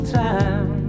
time